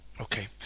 Okay